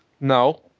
No